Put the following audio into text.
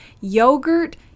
yogurt